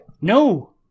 no